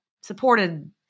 supported